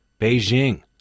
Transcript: Beijing